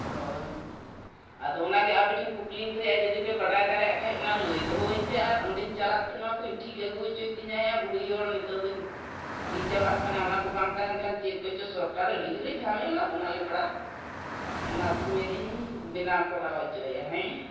ᱚ ᱟᱫᱚ ᱚᱱᱟᱜᱮ ᱟᱯᱮᱴᱷᱮᱱ ᱠᱩᱠᱞᱤᱧ ᱫᱚᱦᱚᱭᱮᱜᱼᱟ ᱡᱩᱫᱤᱯᱮ ᱵᱟᱰᱟᱭ ᱫᱟᱲᱮᱭᱟᱜ ᱠᱷᱟᱡ ᱚᱱᱟ ᱞᱟᱹᱭ ᱫᱚᱦᱚᱣᱟᱹᱧᱼᱯᱮ ᱟᱨ ᱚᱸᱰᱮᱧ ᱪᱟᱞᱟᱜᱼᱛᱮ ᱱᱚᱣᱟᱠᱚᱧ ᱴᱷᱤᱠ ᱟᱹᱜᱩ ᱦᱚᱪᱚᱭ ᱛᱤᱧᱟᱹᱭᱟ ᱵᱩᱲᱦᱤ ᱦᱚᱲ ᱱᱤᱛᱳᱜ ᱫᱚᱧ ᱵᱩᱲᱦᱤ ᱪᱟᱵᱟᱜ ᱠᱟᱱᱟ ᱚᱱᱟᱠᱚ ᱵᱟᱝ ᱛᱟᱦᱮᱱ ᱠᱷᱟᱱ ᱪᱮᱫ ᱠᱚᱪᱚ ᱥᱚᱨᱠᱟᱨ ᱟᱹᱰᱤ ᱡᱳᱨᱮ ᱡᱷᱟᱢᱮᱞᱟ ᱵᱚᱱᱟ ᱞᱮᱯᱲᱟ ᱚᱱᱟᱛᱤᱧ ᱢᱮᱱᱤᱧ ᱵᱮᱱᱟᱣ ᱠᱚᱨᱟᱣ ᱦᱚᱪᱚᱭᱟ ᱦᱮᱸ